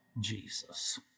Jesus